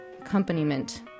accompaniment